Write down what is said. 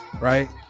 right